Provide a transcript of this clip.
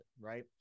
Right